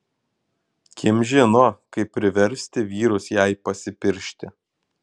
kim žino kaip priversti vyrus jai pasipiršti